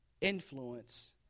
influence